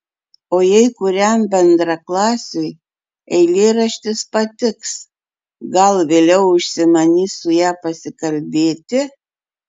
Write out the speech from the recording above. o jei kuriam bendraklasiui eilėraštis patiks gal vėliau užsimanys su ja pasikalbėti